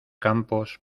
campos